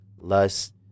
Lust